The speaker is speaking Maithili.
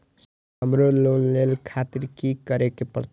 सर हमरो लोन ले खातिर की करें परतें?